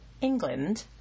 england